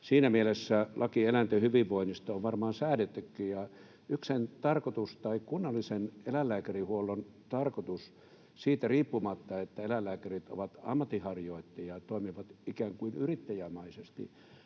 Siinä mielessä laki eläinten hyvinvoinnista on varmaan säädettykin. Yksi kunnallisen eläinlääkärihuollon tarkoitus siitä riippumatta, että eläinlääkärit ovat ammatinharjoittajia ja toimivat ikään kuin yrittäjämäisesti,